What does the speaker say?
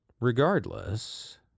Regardless